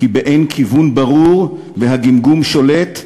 כי באין כיוון ברור וכשהגמגום שולט,